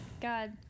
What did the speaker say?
God